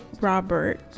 Robert